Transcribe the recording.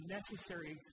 necessary